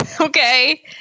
Okay